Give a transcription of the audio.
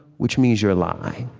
which means you're lying.